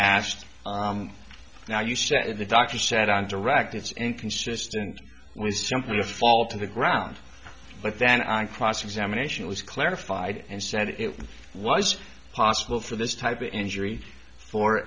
asked now you said the doctor said on direct it's inconsistent with something you fall to the ground but then on cross examination was clarified and said it was possible for this type of injury for